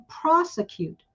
prosecute